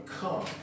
come